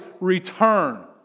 return